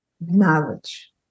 knowledge